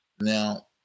Now